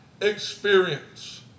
experience